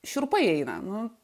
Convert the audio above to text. šiurpai eina nu